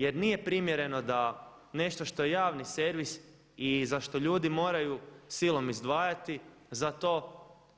Jer nije primjerno da nešto što je javni servis i za što ljudi moraju silom izdvajati za to